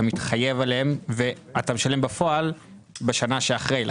מתחייב עליהם ומשלם בפועל בשנה שאחרי.